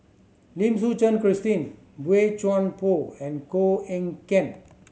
Lim Suchen Christine Boey Chuan Poh and Koh Eng Kian